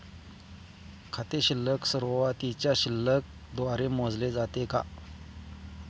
खाते शिल्लक सुरुवातीच्या शिल्लक द्वारे मोजले जाते का?